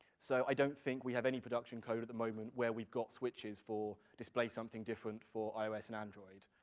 so i don't think we have any production code at the moment where we've got switches for, display something different for ios and android,